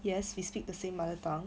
yes we speak the same mother tongue